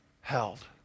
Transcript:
held